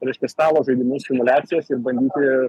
reiškia stalo žaidimus simuliacijas ir bandyti